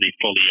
fully